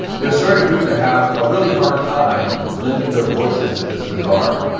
there are certainly groups that have a really hard time lending their voices to this bazaar,